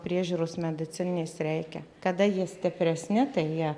priežiūros medicininės reikia kada jie stipresni tai jie